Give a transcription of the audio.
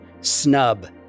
snub